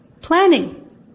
planning